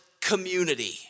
community